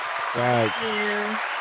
Thanks